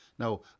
Now